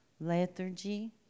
lethargy